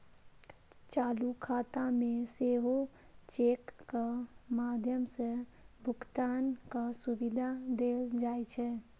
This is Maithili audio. चालू खाता मे सेहो चेकक माध्यम सं भुगतानक सुविधा देल जाइ छै